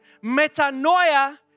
Metanoia